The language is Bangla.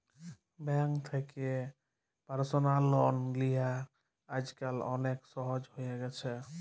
ব্যাংক থ্যাকে পার্সলাল লল লিয়া আইজকাল অলেক সহজ হ্যঁয়ে গেছে